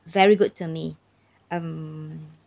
very good to me um